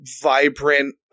vibrant